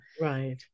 right